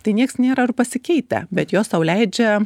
tai nieks nėra ir pasikeitę bet jos sau leidžia